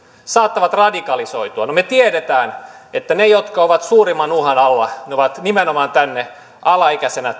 saattavat radikalisoitua no me tiedämme että ne jotka ovat suurimman uhan alla ovat nimenomaan tänne alaikäisinä